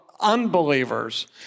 unbelievers